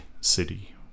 City